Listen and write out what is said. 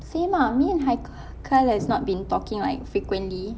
same ah me and haikal has not been talking like frequently